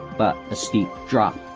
but a steep drop.